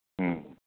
ꯎꯝ